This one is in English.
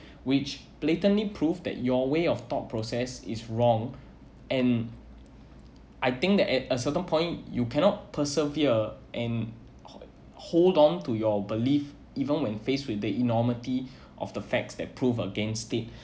which blatantly prove that your way of thought process is wrong and I think that at a certain point you cannot persevere and hold on to your belief even when faced with the enormity of the facts that proof against it